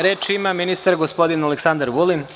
Reč ima ministar, gospodin Aleksandar Vulin.